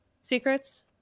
secrets